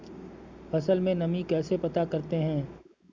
फसल में नमी कैसे पता करते हैं?